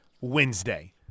Wednesday